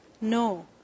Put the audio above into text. No